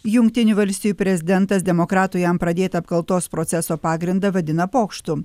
jungtinių valstijų prezidentas demokratų jam pradėtą apkaltos proceso pagrindą vadina pokštu